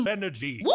energy